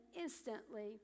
instantly